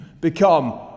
become